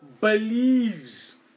believes